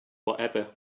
whatever